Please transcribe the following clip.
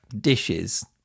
dishes